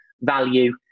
value